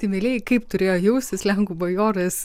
taip meilieji kaip turėjo jaustis lenkų bajoras